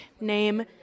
name